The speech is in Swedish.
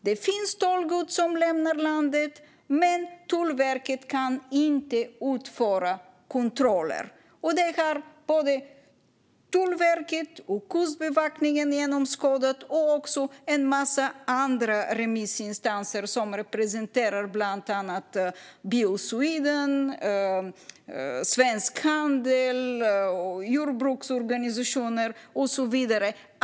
Det finns stöldgods som lämnar landet, men Tullverket kan inte utföra kontroller. Det har både Tullverket och Kustbevakningen genomskådat, liksom en massa andra remissinstanser som representerar bland annat Bil Sweden, Svensk Handel och olika jordbruksorganisationer.